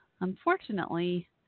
unfortunately